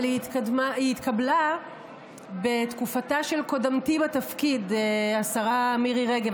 אבל היא התקבלה בתקופתה של קודמתי בתפקיד השרה מירי רגב,